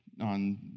on